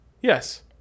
Yes